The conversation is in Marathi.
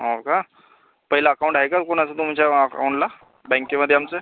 हो का पहिलं अकाउंट आहे का कुणाचं तुमच्या अकाउंटला बँकेमध्ये आमचं